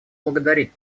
поблагодарить